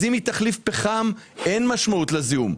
אם היא תחליף פחם, אין משמעות לזיהום.